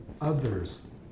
others